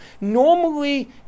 Normally